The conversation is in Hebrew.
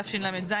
התשל"ז,